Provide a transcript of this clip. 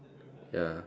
ya